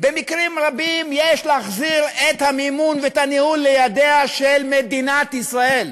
במקרים רבים יש להחזיר את המימון ואת הניהול לידיה של מדינת ישראל,